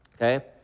okay